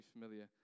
familiar